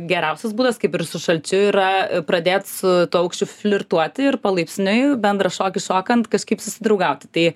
geriausias būdas kaip ir su šalčiu yra pradėt su aukščiu flirtuoti ir palaipsniui bendrą šokį šokant kažkaip susidraugauti tai